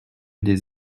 des